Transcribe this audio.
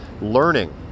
learning